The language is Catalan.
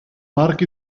marc